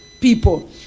people